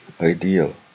ideal